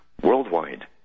worldwide